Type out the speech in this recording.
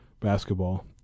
basketball